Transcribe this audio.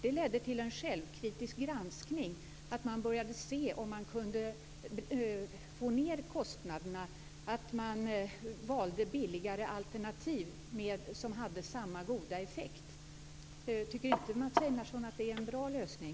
Det ledde till en självkritisk granskning, och man började se om man kunde få ned kostnaderna och valde billigare alternativ som hade samma goda effekt. Tycker inte Mats Einarsson att det är en bra lösning?